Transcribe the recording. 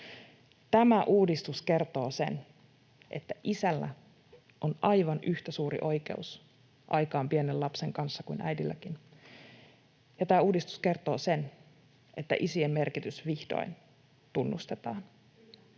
Tämä uudistus kertoo sen, että isällä on aivan yhtä suuri oikeus aikaan pienen lapsen kanssa kuin äidilläkin, ja tämä uudistus kertoo sen, että isien merkitys vihdoin tunnustetaan.